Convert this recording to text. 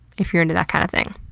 if you're into that kind of thing.